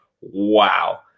Wow